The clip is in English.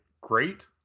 great